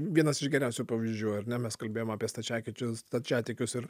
vienas iš geriausių pavyzdžių ar ne mes kalbėjom apie stačiakičių stačiatikius ir